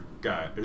guy